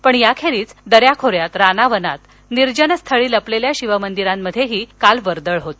पण याखेरीज दन्याखोऱ्यात रानावनात निर्जन स्थळी लपलेल्या शिवमंदिरांमध्येही काल वर्दळ होती